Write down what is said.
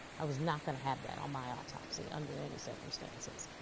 i was not gonna have that on my autopsy under any circumstances.